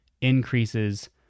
increases